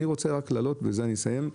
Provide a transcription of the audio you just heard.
אני רוצה להעלות, ובזה אסיים,